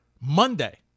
Monday